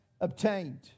obtained